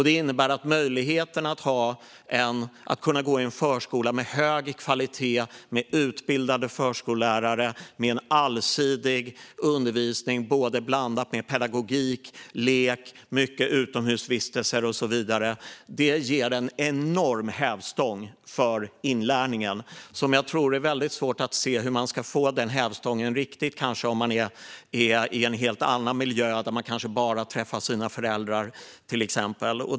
Det innebär att möjligheten att gå i en förskola med hög kvalitet med utbildade förskollärare och med allsidig undervisning blandad med pedagogik, lek, mycket utomhusvistelse och så vidare ger en enorm hävstång för inlärningen. Det är väldigt svårt att se hur man ska få denna hävstång om man är i en helt annan miljö där man kanske bara träffar till exempel sina föräldrar.